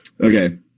okay